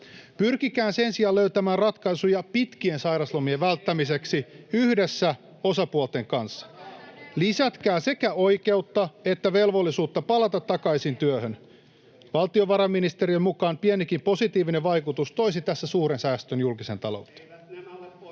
Pyrkikää sen sijaan löytämään ratkaisuja pitkien sairauslomien välttämiseksi yhdessä osapuolten kanssa. [Perussuomalaisten ryhmästä: Missä teidän vaihtoehdot viipyy?] Lisätkää sekä oikeutta että velvollisuutta palata takaisin työhön. Valtiovarainministeriön mukaan pienikin positiivinen vaikutus toisi tässä suuren säästön julkiseen talouteen.